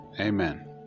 Amen